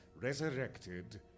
resurrected